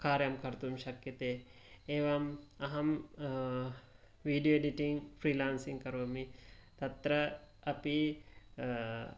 कार्यं कर्तुं शक्यते एवं अहं विडीयो एडिटीङ् फ्री लान्सिङ्ग् करोमि तत्र अपि